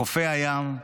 חופי הים,